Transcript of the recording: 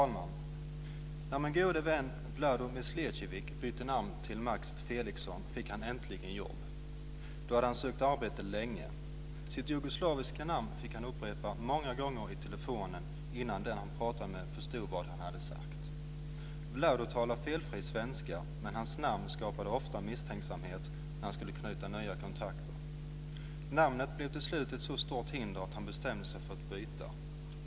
Fru talman! När min gode vän Wlado Mislijevic bytte namn till Max Felixson fick han äntligen jobb. Då hade han sökt arbete länge. Sitt jugoslaviska namn fick han upprepa många gånger i telefonen innan den han pratade med förstod vad han hade sagt. Wlado talar felfri svenska, men hans namn skapade ofta misstänksamhet när han skulle knyta nya kontakter. Namnet blev till slut ett så stort hinder att han bestämde sig för att byta.